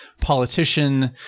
politician